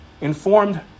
informed